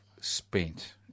spent